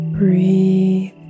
Breathe